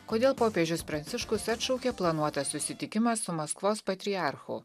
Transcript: kodėl popiežius pranciškus atšaukė planuotą susitikimą su maskvos patriarchu